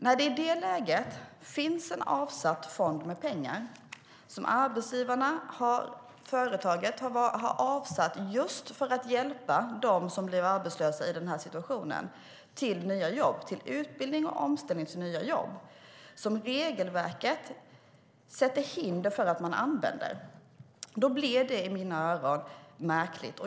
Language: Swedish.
När det i detta läge finns en avsatt fond med pengar som arbetsgivarna, företaget, har avsatt just för att hjälpa dem som blev arbetslösa i denna situation till utbildning och omställning för nya jobb, och som regelverket sätter hinder för att man använder blir det i mina ögon märkligt.